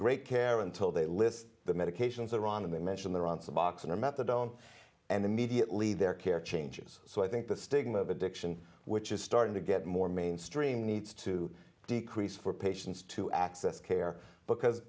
great care until they list the medications are on and they mention they're on suboxone or methadone and immediately their care changes so i think the stigma of addiction which is starting to get more mainstream needs to decrease for patients to access care because